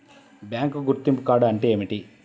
Bank గుర్తింపు card అంటే ఏమిటి?